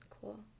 Cool